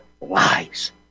lies